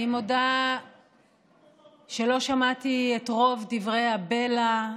אני מודה שלא שמעתי את רוב דברי הבלע,